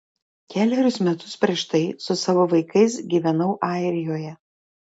kelerius metus prieš tai su savo vaikais gyvenau airijoje